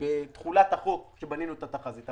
בתחולת החוק כשבנינו את התחזית.